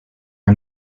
are